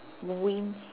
wind